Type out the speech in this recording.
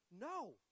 No